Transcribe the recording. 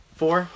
four